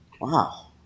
Wow